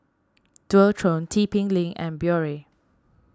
Dualtron T P Link and Biore